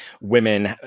women